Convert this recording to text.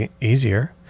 easier